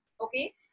Okay